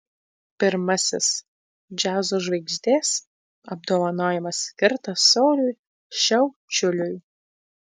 pirmasis džiazo žvaigždės apdovanojimas skirtas sauliui šiaučiuliui